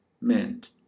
meant